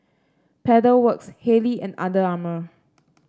Pedal Works Haylee and Under Armour